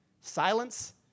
Silence